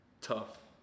Tough